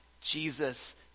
Jesus